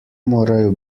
morajo